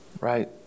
right